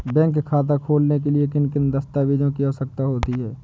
Bank खाता खोलने के लिए किन दस्तावेजों की आवश्यकता होती है?